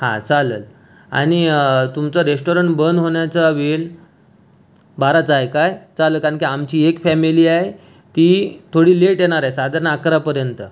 हा चालेल आणि तुमचं रेस्टोरंट बंद होण्याचा वेळ बाराचा आहे काय चालेल कारण की आमची एक फॅमिली आहे ती थोडी लेट येणार आहे साधारण अकरापर्यंत